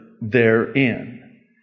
therein